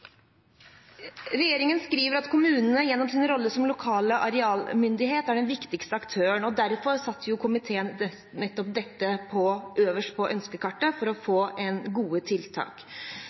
Regjeringen skriver at kommunen, gjennom sin rolle som lokal arealmyndighet, er den viktigste aktøren. Og derfor satte komiteen nettopp dette øverst på ønskelisten, for å få gode tiltak.